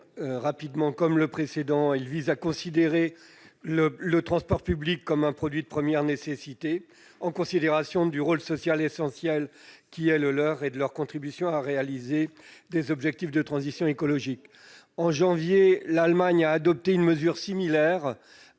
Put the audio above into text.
amendement, comme le précédent, vise à considérer le transport public comme un produit de première nécessité, compte tenu du rôle social essentiel qui est le sien et de sa contribution à la réalisation d'objectifs de transition écologique. En janvier, l'Allemagne a adopté une mesure similaire